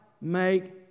make